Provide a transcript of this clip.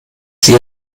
sie